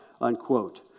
unquote